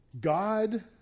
God